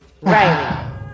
Riley